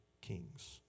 kings